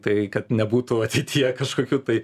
tai kad nebūtų ateityje kažkokių tai